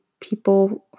people